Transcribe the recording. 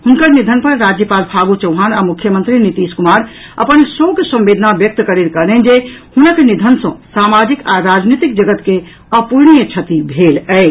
हुनक निधन पर राज्यपाल फागू चौहान आ मुख्यमंत्री नीतीश कुमार अपन शोक संवेदना व्यक्त करैत कहलनि जे हुनक निधन सँ सामाजिक आ राजनीतिक जगत के अपूरणीय क्षति भेल अछि